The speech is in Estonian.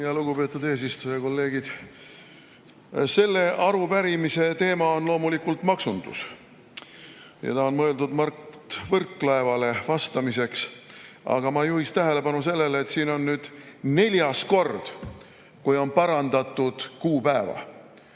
Lugupeetud eesistuja! Kolleegid! Selle arupärimise teema on loomulikult maksundus ja see on mõeldud Mart Võrklaevale vastamiseks. Aga ma juhiks tähelepanu sellele, et see on nüüd neljas kord, kui on parandatud kuupäeva.